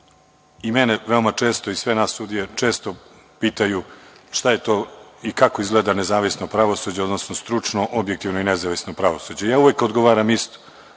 i mene i sve nas sudije, često pitaju šta je to i kako izgleda nezavisno pravosuđe, odnosno stručno, objektivno i nezavisno pravosuđe. Uvek odgovaram isto, ono